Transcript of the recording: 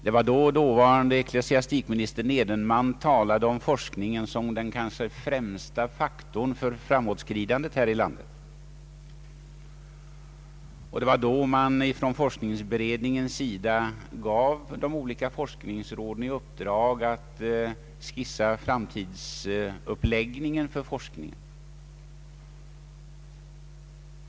Det var då dåvarande ecklesiastikministern Edenman talade om forskningen som den kanske främsta faktorn för framåtskridandet här i landet, och det var då man från forskningsberedningens sida gav de olika forskningsråden i uppdrag att skissa den framtida uppläggningen av forskningen.